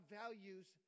values